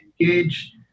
engage